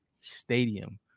stadium